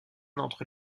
entre